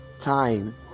time